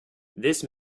this